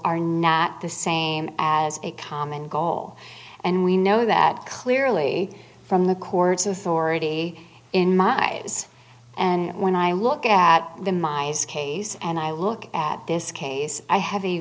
are not the same as a common goal and we know that clearly from the court's authority in my eyes and when i look at the my eyes case and i look at this case i have a